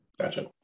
Gotcha